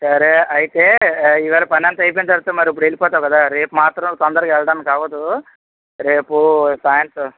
సరే అయితే ఇవాళ పనంతా అయిపోయిన తర్వాత మరి ఇప్పుడెళ్ళిపోతావు కదా రేపు మాత్రం తొందరగా వెళ్ళడానికి అవ్వదు రేపు సాయంత్రం